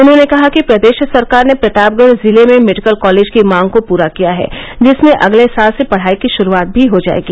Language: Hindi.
उन्होंने कहा कि प्रदेश सरकार ने प्रतापगढ़ जिले में मेडिकल कॉलेज की मांग को पूरा किया है जिसमें अगले साल से पढ़ाई की शुरुआत भी हो जाएगी